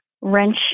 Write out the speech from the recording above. wrench